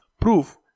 Proof